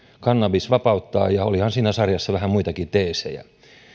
kannabis vapauttaa ja olihan siinä sarjassa vähän muitakin teesejä